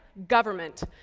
government!